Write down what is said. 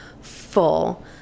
full